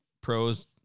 pros